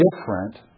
different